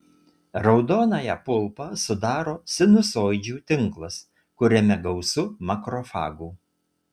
raudonąją pulpą sudaro sinusoidžių tinklas kuriame gausu makrofagų